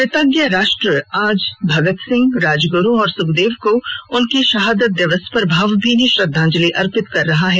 कृतज्ञ राष्ट्र आज भगत सिंह राजगुरू और सुखदेव को उनके शहादत दिवस पर भावभीनी श्रद्धांजलि अर्पित कर रहा है